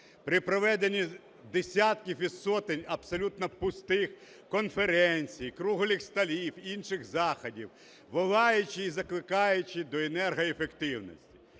При проведенні десятків і сотень абсолютно пустих конференцій, круглих столів, інших заходів, волаючи і закликаючи до енергоефективності.